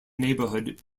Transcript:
neighborhoods